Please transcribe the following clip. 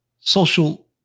social